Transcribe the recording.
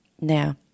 Now